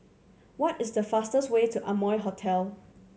what is the fastest way to Amoy Hotel